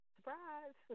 Surprise